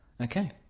Okay